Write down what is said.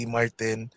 Martin